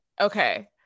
okay